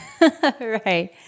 Right